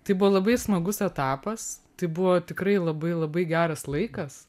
tai buvo labai smagus etapas tai buvo tikrai labai labai geras laikas